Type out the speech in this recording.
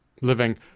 Living